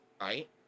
Right